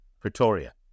Pretoria